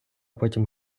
потім